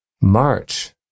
March